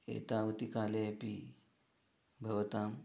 एतावत् काले अपि भवताम्